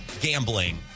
gambling